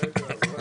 לגבי נפטרי קורונה.